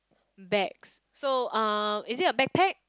bags so uh is it a backpack